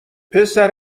پسر